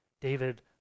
David